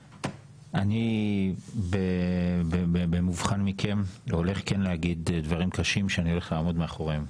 אני במובחן מכם מכם הולך כן להגיד דברים קשים שאני הולך לעמוד מאחוריהם,